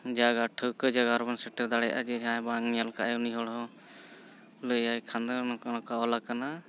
ᱡᱟᱭᱜᱟ ᱴᱷᱟᱹᱣᱠᱟᱹ ᱡᱟᱭᱜᱟ ᱨᱮᱵᱚᱱ ᱥᱮᱴᱮᱨ ᱫᱟᱲᱮᱭᱟᱜᱼᱟ ᱡᱮ ᱡᱟᱦᱟᱸᱭ ᱵᱟᱝ ᱧᱮᱞ ᱟᱠᱟᱫᱟᱭ ᱩᱱᱤ ᱦᱚᱲᱦᱚᱸ ᱞᱟᱹᱭᱟᱭ ᱠᱷᱟᱱ ᱫᱚ ᱱᱚᱝᱠᱟ ᱱᱚᱝᱠᱟ ᱚᱞ ᱟᱠᱟᱱᱟ